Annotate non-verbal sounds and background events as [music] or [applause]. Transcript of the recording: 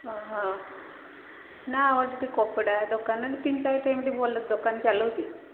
ଓଃ ହ ନା ଅଛି କପଡ଼ା ଦୋକାନ କି [unintelligible] ଟାଇପ୍ର ଭଲ ଦୋକାନ ଚାଲୁଛି